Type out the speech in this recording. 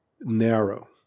narrow